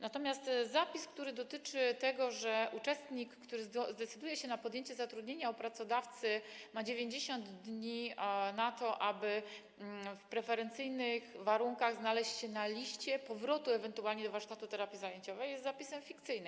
Natomiast zapis, który dotyczy tego, że uczestnik, który zdecyduje się na podjęcie zatrudnienia u pracodawcy, ma 90 dni na to, aby na preferencyjnych warunkach znaleźć się na liście powracających na warsztaty terapii zajęciowej, jest zapisem fikcyjnym.